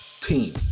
team